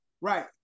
Right